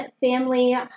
family